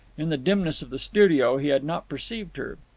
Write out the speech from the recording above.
in the dimness of the studio he had not perceived her.